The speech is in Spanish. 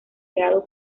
creado